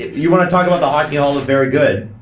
you want to talk about the hockey hall of very good?